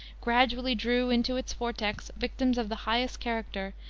gradually drew into its vortex victims of the highest character,